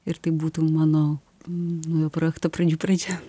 ir tai būtų mano naujo projekto pradžių pradžia